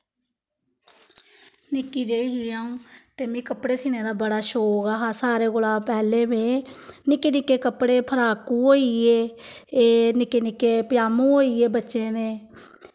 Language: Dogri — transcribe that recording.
निक्की जेही ही अऊं ते मिगी कपड़े सीने दा बड़ा शौंक हा सारें कोला पैह्लें में निक्के निक्के कपड़े फराकू होइये निक्के निक्के पज़ामू होइये बच्चें दे